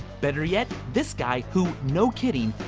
better yet? this guy who, no kidding,